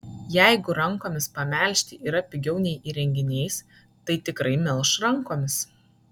jeigu rankomis pamelžti yra pigiau nei įrenginiais tai tikrai melš rankomis